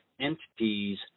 entities